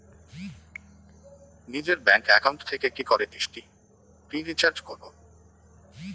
নিজের bank account থেকে কি করে ডিশ টি.ভি রিচার্জ করবো?